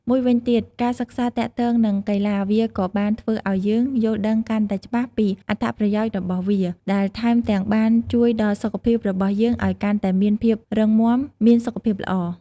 មួយវិញទៀត ការសិក្សាទាក់ទងនឹងកីឡាវាក៏បានធ្វើឲ្យយើងយល់ដឹងកាន់តែច្បាស់ពីអត្ថប្រយោជន៍របស់វាដែរ ថែមទាំងបានជួយដ៏សុខភាពរបស់យើងឲ្យកាន់តែមានភាពរឹងមាំ មានសុខភាពល្អ។